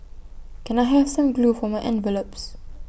can I have some glue for my envelopes